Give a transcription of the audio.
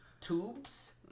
Tubes